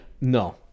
No